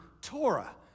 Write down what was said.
Torah